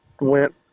went